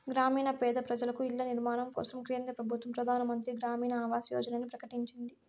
గ్రామీణ పేద పెజలకు ఇల్ల నిర్మాణం కోసరం కేంద్ర పెబుత్వ పెదానమంత్రి గ్రామీణ ఆవాస్ యోజనని ప్రకటించింది